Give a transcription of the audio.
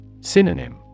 Synonym